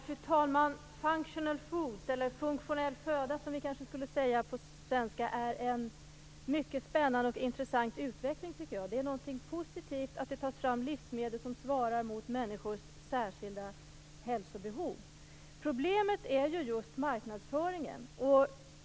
Fru talman! Functional foods - eller funktionell föda, som vi kanske skall säga på svenska - är en mycket spännande och intressant utveckling. Det är någonting positivt att det tas fram livsmedel som svarar mot människors särskilda hälsobehov. Problemet är just marknadsföringen.